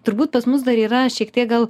turbūt pas mus dar yra šiek tiek gal